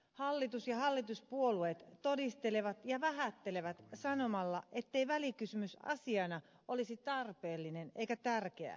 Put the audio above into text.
hallitus ja hallituspuolueet todistelevat ja vähättelevät sanomalla ettei välikysymys asiana olisi tarpeellinen eikä tärkeä